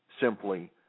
simply